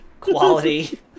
quality